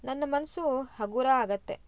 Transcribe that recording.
ನನ್ನ ಮನಸ್ಸು ಹಗುರ ಆಗುತ್ತೆ